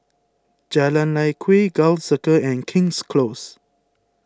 Jalan Lye Kwee Gul Circle and King's Close